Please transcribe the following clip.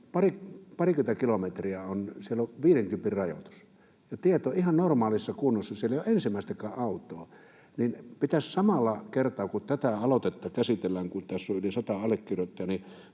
parikymmentä kilometriä viidenkympin rajoitus ja tiet ovat ihan normaalissa kunnossa. Siellä ei ole ensimmäistäkään autoa. Pitäisi samalla kertaa, kun tätä aloitetta käsitellään, kun tässä yli 100 allekirjoittajaa,